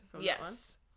yes